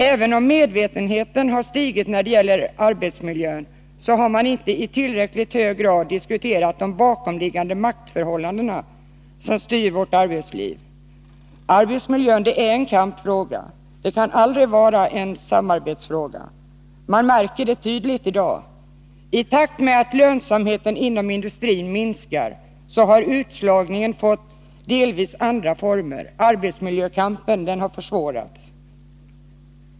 Även om medvetenheten har stigit när det gäller miljön, har man inte i tillräckligt hög grad diskuterat de bakomliggande maktförhållanden som styr vårt arbetsliv. Arbetsmiljön är en kampfråga — den kan aldrig vara en samarbetsfråga. Detta märks tydligt i dag. I takt med att lönsamheten inom industrin minskat, har utslagningen fått delvis andra former, och arbetsmiljökampen har försvårats.